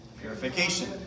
Purification